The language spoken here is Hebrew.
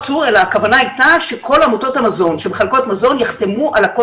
המציאות הכול כך מורכבת ומתמשכת שאנחנו נמצאים בה,